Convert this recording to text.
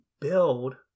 build